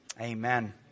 Amen